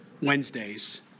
wednesdays